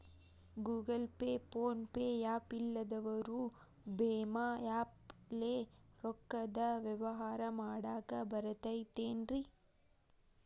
Google pay, phone pay app ಇಲ್ಲದವರು ಭೇಮಾ app ಲೇ ರೊಕ್ಕದ ವ್ಯವಹಾರ ಮಾಡಾಕ್ ಬರತೈತೇನ್ರೇ?